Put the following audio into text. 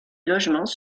logements